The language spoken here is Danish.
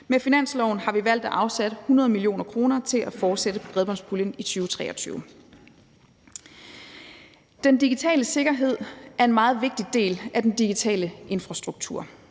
Med finansloven har vi valgt at afsætte 100 mio. kr. til at fortsætte bredbåndspuljen i 2023. Den digitale sikkerhed er en meget vigtig del af den digitale infrastruktur.